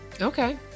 Okay